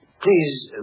Please